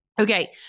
Okay